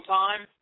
time